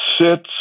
sits